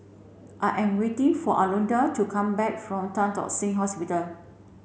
I am waiting for Alondra to come back from Tan Tock Seng Hospital